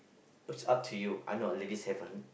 it's up to you I know ladies have one